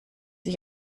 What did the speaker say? ich